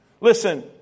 Listen